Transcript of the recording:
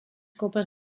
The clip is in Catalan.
copes